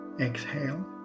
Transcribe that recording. Exhale